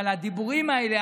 אבל הדיבורים האלה,